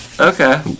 Okay